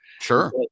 Sure